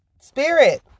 spirit